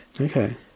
Okay